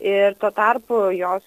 ir tuo tarpu jos